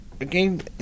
again